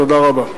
תודה רבה.